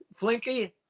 flinky